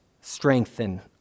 strengthen